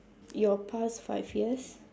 your past five years